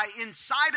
inside